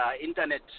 internet